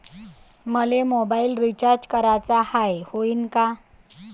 मले mobile recharge कराचा हाय, होईनं का?